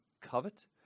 covet